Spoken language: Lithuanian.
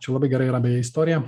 čia labai gera yra beje yra istorija